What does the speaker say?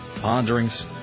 ponderings